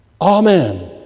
Amen